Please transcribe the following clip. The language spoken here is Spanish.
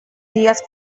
días